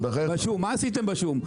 בשום, מה עשיתם בשום?